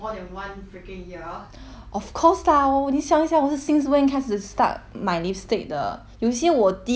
of course lah 我得想下我是 since when 一开始 start 买 lipstick 的有些我第我第一只 lipstick 到现在还有 eh